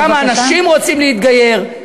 כמה אנשים רוצים להתגייר.